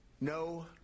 No